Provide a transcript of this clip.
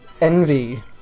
Envy